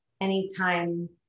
anytime